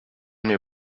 mnie